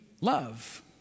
love